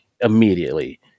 immediately